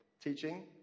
Teaching